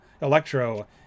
Electro